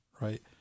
right